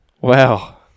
Wow